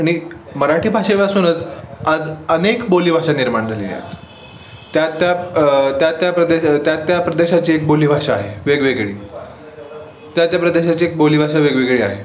आणि मराठी भाषेपासूनच आज अनेक बोलीभाषा निर्माण झालेले आहेत त्या त्या त्या त्या प्रदेश त्या त्या प्रदेशाची एक बोलीभाषा आहे वेगवेगळी त्या त्या प्रदेशाची एक बोलीभाषा वेगवेगळी आहे